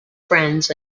friends